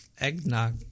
eggnog